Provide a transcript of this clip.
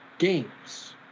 Games